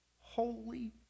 holy